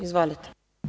Izvolite.